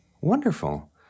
Wonderful